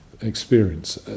experience